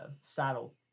saddle